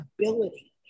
ability